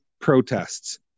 protests